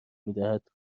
میدهد